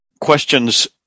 questions